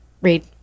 Read